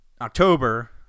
October